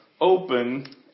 open